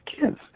Kids